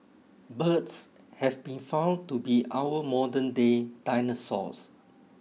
birds have been found to be our modernday dinosaurs